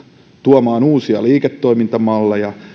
tuomaan uusia liiketoimintamalleja